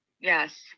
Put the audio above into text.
yes